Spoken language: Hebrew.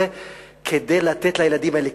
כדי לתת לילדים האלה,